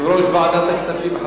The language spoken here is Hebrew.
יושב-ראש ועדת הכספים.